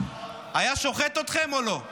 הוא היה שוחט אתכם או לא?